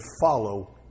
follow